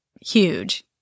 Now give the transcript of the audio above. huge